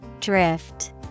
Drift